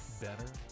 better